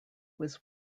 was